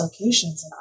locations